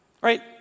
right